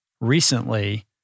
Recently